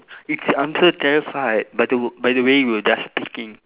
it's under terrified by the by the way you were just picking